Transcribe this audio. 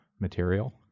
material